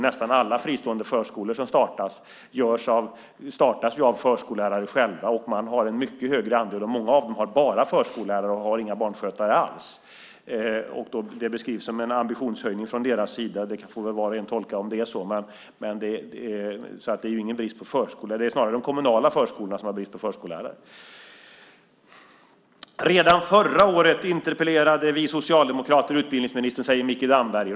Nästan alla fristående förskolor startas av förskollärare själva. De har en mycket högre andel förskollärare. Många av dem har bara förskollärare och inga barnskötare alls. Det beskrivs som en ambitionshöjning från deras sida. Var och en får väl tolka om det är så. Men det är alltså ingen brist på förskollärare i fristående förskolor. Det är snarare de kommunala förskolorna som har brist på förskollärare. Redan förra året interpellerade vi socialdemokrater utbildningsministern, säger Micke Damberg.